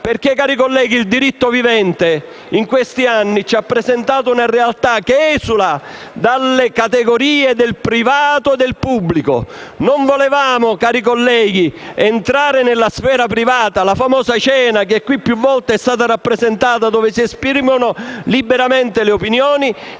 Cari colleghi, il diritto vivente in questi anni ci ha presentato una realtà che esula dalle categorie del privato e del pubblico. Non volevamo, cari colleghi, entrare nella sfera privata (la famosa cena, che qui più volte è stata rappresentata, dove si esprimono liberamente le opinioni),